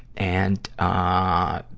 and, ah,